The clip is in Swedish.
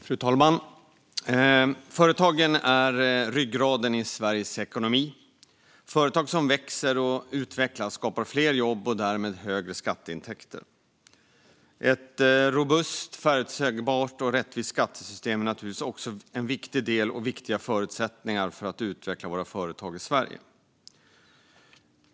Fru talman! Företagen är ryggraden i Sveriges ekonomi. Företag som växer och utvecklas skapar fler jobb och därmed högre skatteintäkter. Ett robust, förutsägbart och rättvist skattesystem är naturligtvis också en viktig del och viktiga förutsättningar för att utveckla våra företag i Sverige.